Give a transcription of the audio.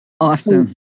Awesome